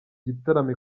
gitaramo